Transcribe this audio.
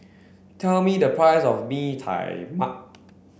tell me the price of Bee Tai Mak